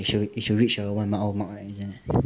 it should it should reach a a one hour mark